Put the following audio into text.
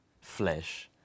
flesh